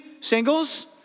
Singles